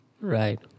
Right